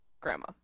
grandma